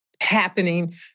happening